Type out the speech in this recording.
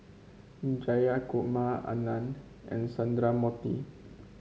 Jayakumar Anand and Sundramoorthy